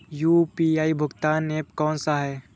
UPI भुगतान app कौन सा है?